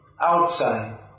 outside